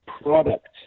product